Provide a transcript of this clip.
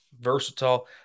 versatile